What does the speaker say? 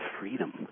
freedom